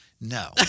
No